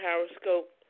Periscope